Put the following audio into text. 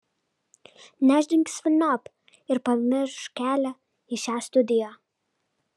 nešdinkis velniop ir pamiršk kelią į šią studiją